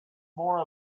more